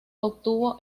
obtuvo